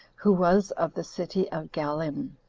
who was of the city of gallim.